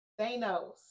Thanos